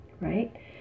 Right